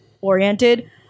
oriented